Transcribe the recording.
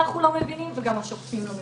אנחנו לא מבינים וגם השופטים לא מבינים.